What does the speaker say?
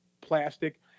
plastic